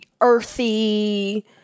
earthy